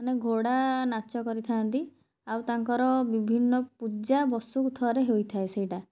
ମାନେ ଘୋଡ଼ା ନାଚ କରିଥାନ୍ତି ଆଉ ତାଙ୍କର ବିଭିନ୍ନ ପୂଜା ବର୍ଷକୁ ଥରେ ହେଇଥାଏ ସେଇଟା